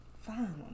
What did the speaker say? Fine